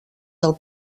del